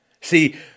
See